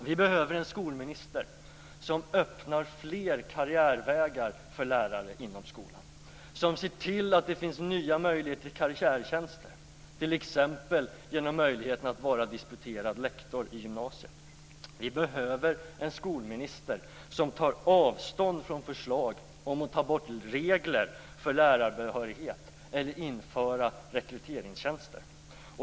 Vi behöver en skolminister som öppnar fler karriärvägar för lärare inom skolan, som ser till att det finns nya möjligheter till karriärtjänster, t.ex. genom möjligheten att vara disputerad lektor i gymnasiet. Vi behöver en skolminister som tar avstånd från förslag om att ta bort regler för lärarbehörighet eller att införa rekryteringstjänster.